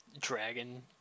dragon